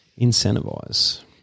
incentivise